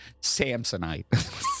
Samsonite